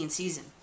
season